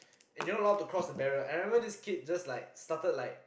and you're not allowed to cross the barrier and I remember this kid just like started like